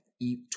eat